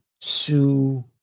Sue